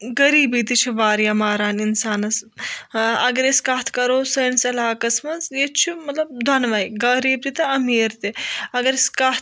غریٖبی تہِ چھِ واریاہ ماران اِنسانَس ٲں اگر أسۍ کَتھ کَرو سٲنِس علاقَس منٛز ییٚتہِ چھُ مطلب دۄنوَے غریٖب تہِ تہٕ اَمیٖر تہِ اگر أسۍ کَتھ